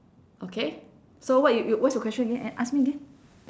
okay so what you you what's your question again ask me again